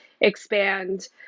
expand